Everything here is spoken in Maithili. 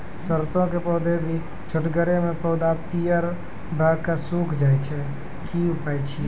सरसों के पौधा भी छोटगरे मे पौधा पीयर भो कऽ सूख जाय छै, की उपाय छियै?